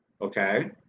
Okay